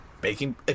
Baking